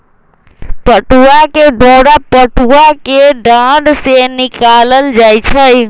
पटूआ के डोरा पटूआ कें डार से निकालल जाइ छइ